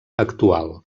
actual